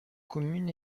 commune